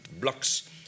blocks